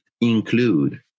include